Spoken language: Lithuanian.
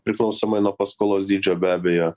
priklausomai nuo paskolos dydžio be abejo